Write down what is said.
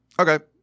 Okay